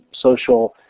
social